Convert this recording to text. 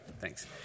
thanks